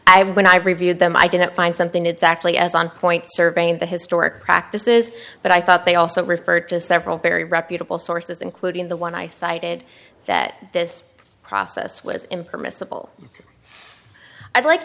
i when i reviewed them i didn't find something exactly as on point surveying the historic practices but i thought they also referred to several very reputable sources including the one i cited that this process was impermissible i'd like